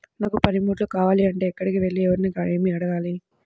నాకు పనిముట్లు కావాలి అంటే ఎక్కడికి వెళ్లి ఎవరిని ఏమి అడగాలి?